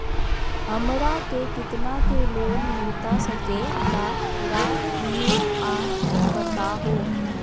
हमरा के कितना के लोन मिलता सके ला रायुआ बताहो?